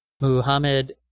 Muhammad